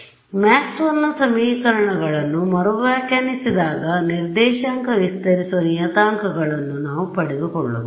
ಈಗ ಮ್ಯಾಕ್ಸ್ವೆಲ್ನMaxwell's ಸಮೀಕರಣಗಳನ್ನು ಮರುವ್ಯಾಖ್ಯಾನಿಸಿದಾಗ ನಿರ್ದೇಶಾಂಕ ವಿಸ್ತರಿಸುವ ನಿಯತಾಂಕಗಳನ್ನು ನಾವು ಪಡೆದುಕೊಳ್ಳಬಹುದು